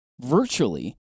virtually